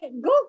Go